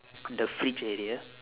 the fridge area